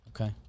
Okay